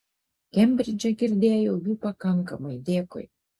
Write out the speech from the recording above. kembridže girdėjau jų pakankamai dėkui